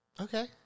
Okay